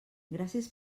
gràcies